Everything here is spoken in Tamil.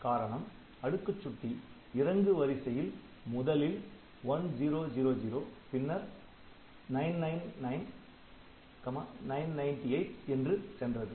காரணம் அடுக்குச் சுட்டி இறங்கு வரிசையில் முதலில் 1000 பின்னர் 999 998 என்று சென்றது